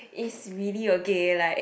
if really okay like